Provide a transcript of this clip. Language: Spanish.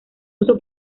uso